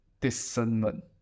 discernment